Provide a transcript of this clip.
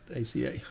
ACA